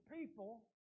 people